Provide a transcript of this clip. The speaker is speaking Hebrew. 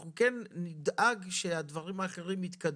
אנחנו כן נדאג שהדברים האחרים יתקדמו.